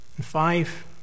Five